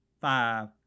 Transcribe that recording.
five